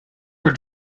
were